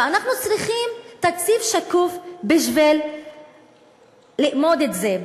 ואנחנו צריכים תקציב שקוף בשביל לאמוד את זה,